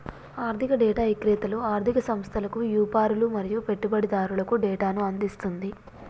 ఆర్ధిక డేటా ఇక్రేతలు ఆర్ధిక సంస్థలకు, యాపారులు మరియు పెట్టుబడిదారులకు డేటాను అందిస్తుంది